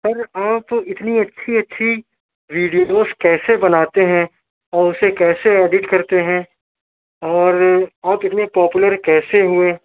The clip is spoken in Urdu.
سر آپ اتنی اچھی اچھی ویڈیوز کیسے بناتے ہیں اور اُسے کیسے ایڈٹ کرتے ہیں اور اور کتنے پاپولر کیسے ہوئے